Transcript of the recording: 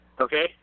Okay